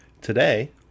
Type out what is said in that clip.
today